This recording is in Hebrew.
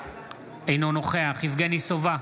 אינו נוכח יבגני סובה,